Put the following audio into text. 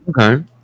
Okay